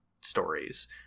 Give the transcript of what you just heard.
stories